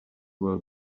will